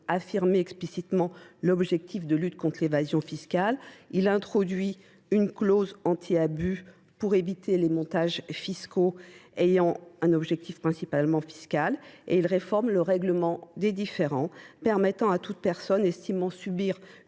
affirmant explicitement l’objectif de lutte contre l’évasion fiscale ; il introduit une clause anti abus pour éviter les montages fiscaux ayant un objectif principalement fiscal ; il réforme le règlement des différends, en permettant à toute personne estimant subir